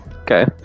Okay